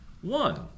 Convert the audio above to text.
One